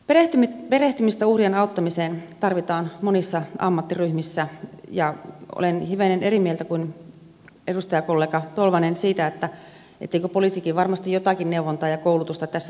perehtymistä uhrien auttamiseen tarvitaan monissa ammattiryhmissä ja olen hivenen eri mieltä kuin edustajakollega tolvanen siitä etteikö poliisikin varmasti jotakin neuvontaa ja koulutusta tässä tarvitse